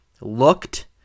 looked